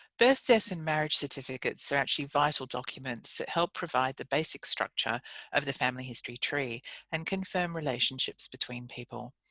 birth, death and marriage certificates are actually vital documents that help provide the basic structure of the family history tree and confirm relationships between people.